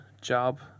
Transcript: job